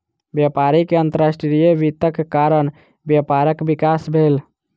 व्यापारी के अंतर्राष्ट्रीय वित्तक कारण व्यापारक विकास भेल